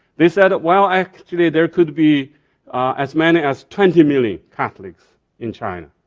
they said well actually there could be as many as twenty million catholics in china.